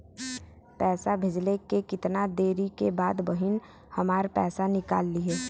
पैसा भेजले के कितना देरी के बाद बहिन हमार पैसा निकाल लिहे?